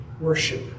Worship